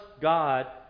God